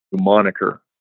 moniker